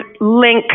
link